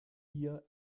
hier